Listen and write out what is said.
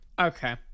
Okay